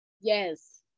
yes